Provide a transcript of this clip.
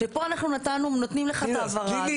ופה אנחנו נותנים לך את ההברה.